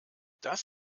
das